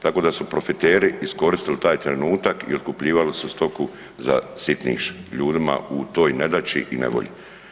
Tako da su profiteri iskoristili taj trenutak i otkupljivali su stoku za sitniš ljudima u toj nedaći i nevolji.